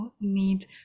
need